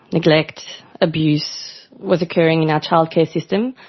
neglect, abuse was occurring in our child care system,